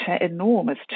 enormous